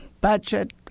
budget